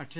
Akshaya